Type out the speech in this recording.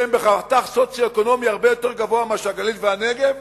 שהם בחתך סוציו-אקונומי הרבה יותר גבוה מאשר הגליל והנגב.